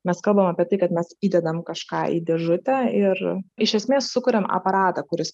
mes kalbam apie tai kad mes įdedam kažką į dėžutę ir iš esmės sukuriame aparatą kuris